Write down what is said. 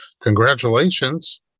Congratulations